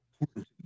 important